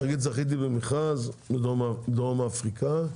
נגיד זכיתי במכרז בדרום אפריקה,